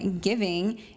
giving